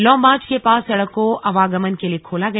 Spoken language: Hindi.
लौबांज के पास सड़क को आवगमन के लिए खोला गया